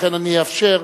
לכן אאפשר,